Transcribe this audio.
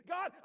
God